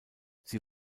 sie